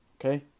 Okay